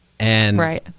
Right